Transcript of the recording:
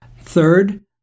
Third